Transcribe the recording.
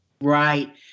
Right